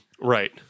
Right